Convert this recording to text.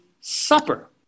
supper